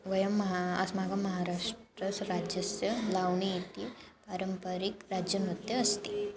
वयं अस्माकं महाराष्ट्रस्य राज्यस्य लाव्णी इति पारम्परिकराज्यनृत्यम् अस्ति